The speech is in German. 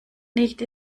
nicht